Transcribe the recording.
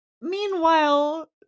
Meanwhile